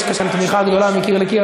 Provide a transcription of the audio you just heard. יש כאן תמיכה גדולה, מקיר לקיר.